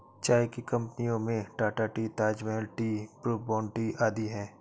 चाय की कंपनियों में Tata tea, Taj Mahal tea, Brooke Bond tea आदि है